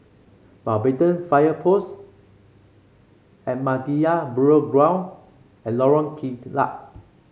Mountbatten Fire Post Ahmadiyya Burial Ground and Lorong Kilat